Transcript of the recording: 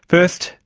first,